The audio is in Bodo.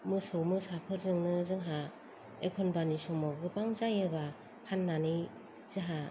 मोसौ मोसाफोरजोंनो जोंहा एखम्बानि समाव गोबां जायोबा फाननानै जाहा